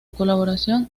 colaboración